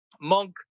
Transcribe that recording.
Monk